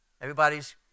Everybody's